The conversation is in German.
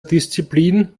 disziplin